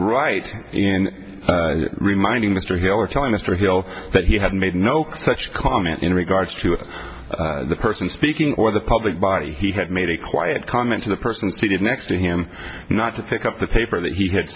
right in reminding mr heller telling mr hill that he had made no such comment in regard to the person speaking or the public body he had made a quiet comment to the person seated next to him not to take up the paper that he